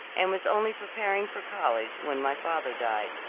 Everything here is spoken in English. and was only preparing for college when my father died.